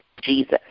Jesus